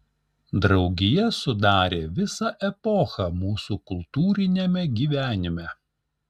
draugija sudarė visą epochą mūsų kultūriniame gyvenime